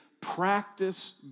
practice